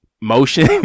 motion